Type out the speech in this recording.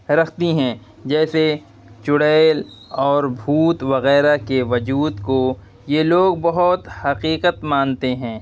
رکھتی ہیں جیسے چڑیل اور بھوت وغیرہ کے وجود کو یہ لوگ بہت حقیقت مانتے ہیں